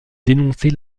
dénoncer